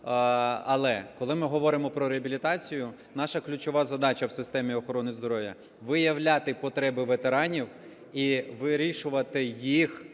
Але, коли ми говоримо про реабілітацію, наша ключова задача в системі охорони здоров'я – виявляти потреби ветеранів і вирішувати їх